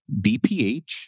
BPH